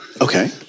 Okay